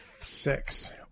six